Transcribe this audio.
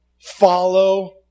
follow